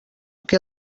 que